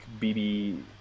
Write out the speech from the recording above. bb